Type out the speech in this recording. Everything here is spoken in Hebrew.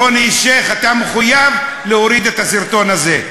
רוני אלשיך, אתה מחויב להוריד את הסרטון הזה.